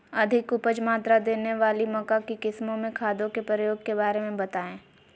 अधिक उपज मात्रा देने वाली मक्का की किस्मों में खादों के प्रयोग के बारे में बताएं?